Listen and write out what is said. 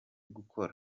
gukora